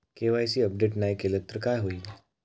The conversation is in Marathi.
के.वाय.सी अपडेट नाय केलय तर काय होईत?